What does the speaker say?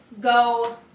go